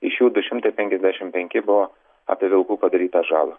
iš jų du šimtai penkiasdešimt penki buvo apie vilkų padarytą žalą